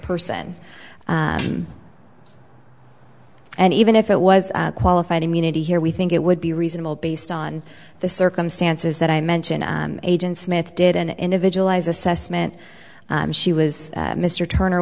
person and even if it was qualified immunity here we think it would be reasonable based on the circumstances that i mentioned agent smith did an individualized assessment she was mr turner